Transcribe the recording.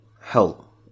Help